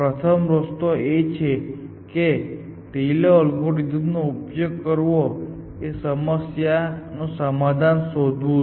પ્રથમ રસ્તો એ છે કે રિલે એલ્ગોરિધમનો ઉપયોગ કરવો અને સમસ્યાનું સમાધાન શોધવું